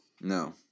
No